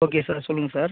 okay sir சொல்லுங்கள் sir